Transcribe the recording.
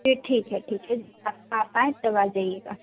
फिर ठीक है ठीक है आप आएँ तब आ जाइएगा